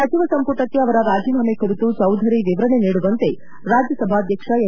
ಸಚಿವ ಸಂಪುಟಕ್ಕೆ ಅವರ ರಾಜೀನಾಮೆ ಕುರಿತು ಚೌಧರಿ ವಿವರಣೆ ನೀಡುವಂತೆ ರಾಜ್ಯಸಭಾಧ್ವಕ್ಷ ಎಂ